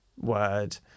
word